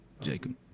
Jacob